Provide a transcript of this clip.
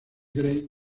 grey